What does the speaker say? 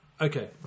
Okay